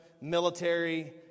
military